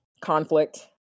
conflict